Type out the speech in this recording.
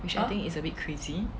which I think is a bit crazy